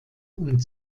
und